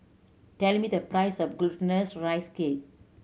tell me the price of Glutinous Rice Cake